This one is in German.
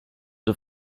der